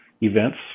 events